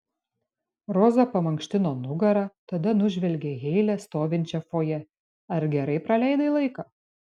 roza pamankštino nugarą tada nužvelgė heile stovinčią fojė ar gerai praleidai laiką